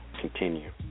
continue